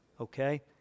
okay